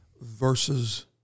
versus